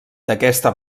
d’aquesta